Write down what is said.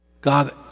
God